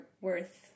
worth